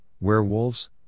werewolves